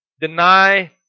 deny